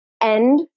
end